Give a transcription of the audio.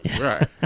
Right